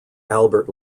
albert